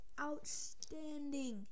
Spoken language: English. outstanding